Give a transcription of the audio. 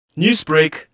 Newsbreak